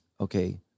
Okay